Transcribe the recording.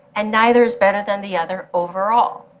and neither is better than the other overall.